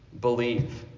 believe